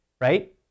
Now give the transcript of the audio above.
right